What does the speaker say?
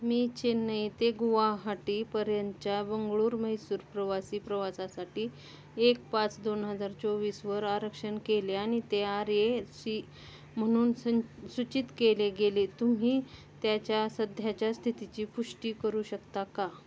मी चेन्नई ते गुवाहाटीपर्यंतच्या बंगळुरू म्हैसूर प्रवासी प्रवासासाठी एक पाच दोन हजार चोवीसवर आरक्षण केले आणि ते आर ए सी म्हणून सं सूचित केले गेले तुम्ही त्याच्या सध्याच्या स्थितीची पुष्टी करू शकता का